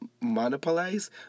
monopolize